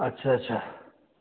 अच्छा अच्छा